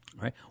Right